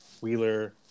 Wheeler